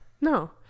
No